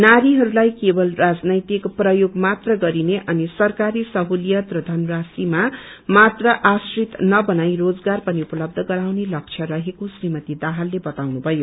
नारीहरूलाई केवल राजनैतिक प्रयोग मात्र गरिने अनि सरकारी सहूलियत र धनराशिमा मात्र आश्रित नबनाई रोजगार पनि उपलब्ब गराउने लस्य रहेको श्रीमती दाहालले बताउनुभयो